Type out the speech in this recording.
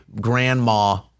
grandma